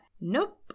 Nope